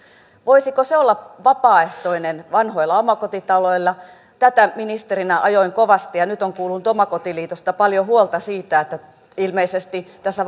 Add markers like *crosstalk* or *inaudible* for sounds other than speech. voisiko se olla vapaaehtoinen vanhoilla omakotitaloilla tätä ministerinä ajoin kovasti ja nyt olen kuullut omakotiliitosta paljon huolta siitä että ilmeisesti tässä *unintelligible*